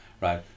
right